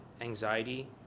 anxiety